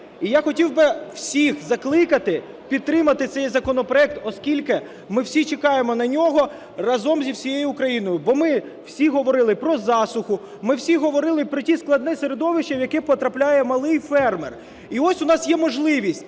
І я хотів би всіх закликати підтримати цей законопроект, оскільки ми всі чекаємо на нього, разом з усією Україною. Бо ми всі говорили про засуху, ми всі говорили про те складне середовище, в яке потрапляє малий фермер. І ось у нас є можливість